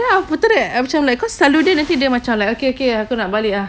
then aku aku macam cause nanti dia macam like okay aku nak balik